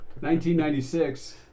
1996